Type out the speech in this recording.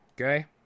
Okay